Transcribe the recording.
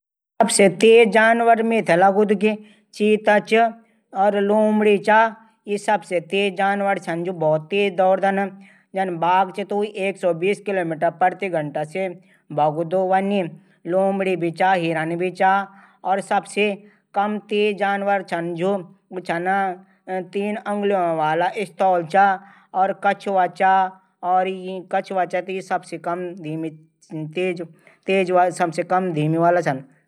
सबसे तेज जानवर मेथे लगदू की चीता च और लोमडी चा ई सबसे तेज जानवर छन। और तेज दौडदन। जन बाध च तक ऊ एक सौ बीस किमी प्रति घंटा से दौडदू। वनी लोमड़ी भि चा हिरन भी चा और सबसे कम तेज जानवर छन तीन उंगलियों वाला स्थाल चा और कछुआ चा ई सबसे कम धीमी वाला छन।